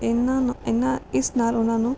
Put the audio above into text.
ਇਨ੍ਹਾਂ ਨਾ ਇਨ੍ਹਾਂ ਇਸ ਨਾਲ ਉਨ੍ਹਾਂ ਨੂੰ